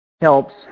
helps